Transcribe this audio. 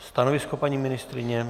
Stanovisko paní ministryně?